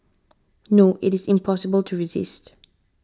no it is impossible to resist